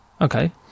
Okay